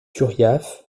turiaf